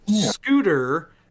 Scooter